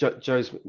Joe's